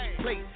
plate